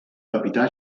capità